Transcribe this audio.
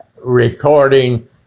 recording